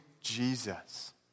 Jesus